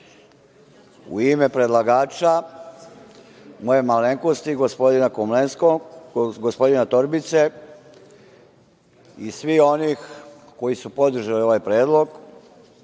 u ime predlagača, moje malenkosti, gospodina Komlenskog, gospodina Torbice i svih onih koji su podržali ovaj predlog